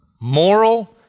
moral